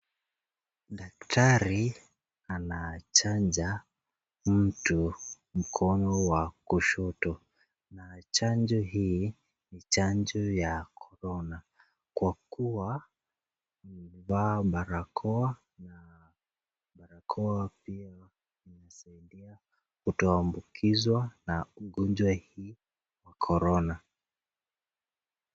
Daktari anachanja mtu mkono wa kushoto. Chanjo hii ni chanjo ya korona kwa kuwa wamevaa barakoa kwa kutoambukizwa na ugonjwa hii ya korona.